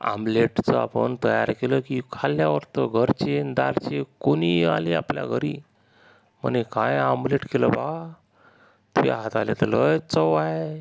आम्लेटचा आपण तयार केलं की खाल्ल्यावर तर घरचे आणि दारचे कोणीही आले आपल्या घरी म्हणे काय आम्लेट केलं बा तुझ्या हाताला तर लयच चव आहे